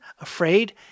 afraid